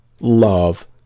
love